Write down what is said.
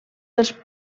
dels